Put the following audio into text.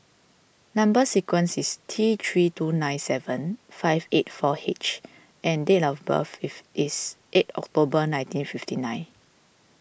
Number Sequence is T three two nine seven five eight four H and date of birth if is eight October nineteen fifty nine